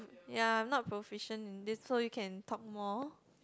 ya I'm not proficient in this so you can talk more